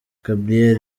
gabriel